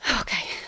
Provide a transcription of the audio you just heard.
okay